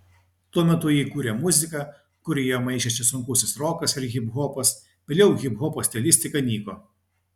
tuo metu ji kūrė muziką kurioje maišėsi sunkusis rokas ir hiphopas vėliau hiphopo stilistika nyko